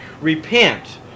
Repent